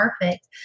perfect